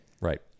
Right